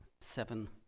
seven